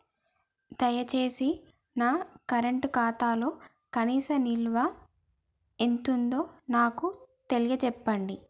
దయచేసి నా కరెంట్ ఖాతాలో కనీస నిల్వ ఎంతుందో నాకు తెలియచెప్పండి